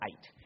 eight